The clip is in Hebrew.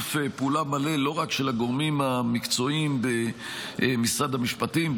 בשיתוף פעולה מלא לא רק של הגורמים המקצועיים במשרד המשפטים,